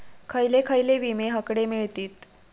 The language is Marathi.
खयले खयले विमे हकडे मिळतीत?